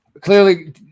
clearly